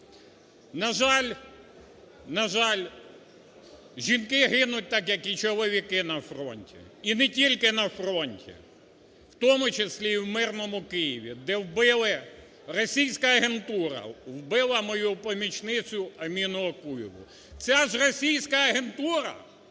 На жаль, жінки гинуть так, як і чоловіки на фронті. І не тільки на фронті, в тому числі і в мирному Києві, де вбили, російська агентура вбила мою помічницю Аміну Окуєву. Ця ж російська агентура,